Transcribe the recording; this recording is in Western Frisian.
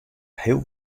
heel